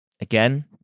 again